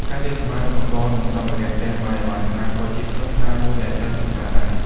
ការលាងសម្អាតឧបករណ៍ និងសម្ភារៈផ្ទះបាយឱ្យបានស្អាតក៏ជាខ្លឹមសារមួយដែលត្រូវសិក្សាដែរ។